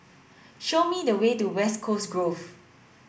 show me the way to West Coast Grove